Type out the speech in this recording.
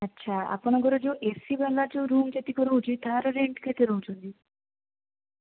ଆଚ୍ଛା ଆପଣଙ୍କର ଯେଉଁ ଏ ସି ବାଲା ଯେଉଁ ଯେତିକ ରୁମ୍ ରହୁଛି ତାର ରେଣ୍ଟ କେତେ ନେଉଛନ୍ତି